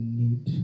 need